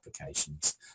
applications